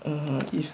mmhmm